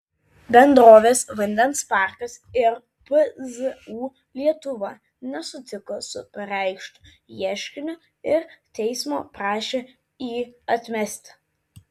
bendrovės vandens parkas ir pzu lietuva nesutiko su pareikštu ieškiniu ir teismo prašė jį atmesti